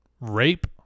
rape